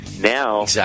Now